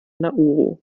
nauru